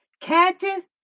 catches